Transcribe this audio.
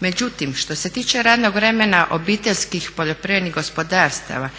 Međutim, što se tiče radnog vremena obiteljskih poljoprivrednih gospodarstava